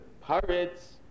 pirates